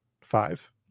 Five